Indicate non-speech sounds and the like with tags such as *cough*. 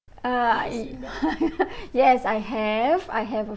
uh y~ *laughs* yes I have I have a